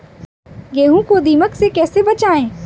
गेहूँ को दीमक से कैसे बचाएँ?